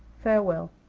farewell!